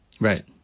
right